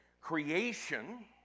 creation